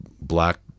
black